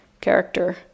character